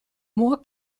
more